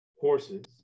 horses